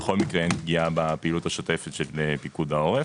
בכל מקרה אין פגיעה בפעילות השוטפת של פיקוד העורף.